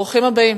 ברוכים הבאים.